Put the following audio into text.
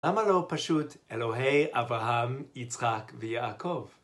למה לא פשוט אלוהי אברהם, יצחק ויעקב?